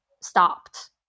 stopped